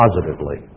positively